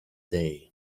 day